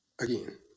Again